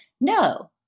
No